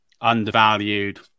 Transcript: undervalued